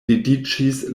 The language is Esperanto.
dediĉis